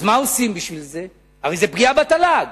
אז מה עושים בשביל זה, הרי זאת פגיעה בתל"ג,